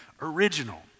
original